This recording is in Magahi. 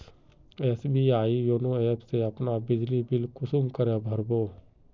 एस.बी.आई योनो ऐप से अपना बिजली बिल कुंसम करे भर बो?